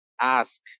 ask